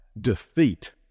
defeat